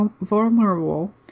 vulnerable